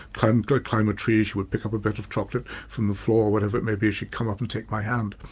kind of climb a tree, she would pick up a bit of chocolate from the floor or whatever it may be, she'd come up and take my hand.